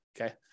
Okay